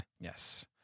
Yes